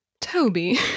Toby